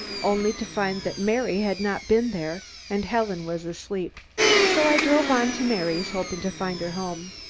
only to find that mary had not been there and helen was asleep so i drove on to mary's, hoping to find her home.